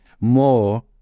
More